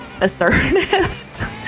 assertive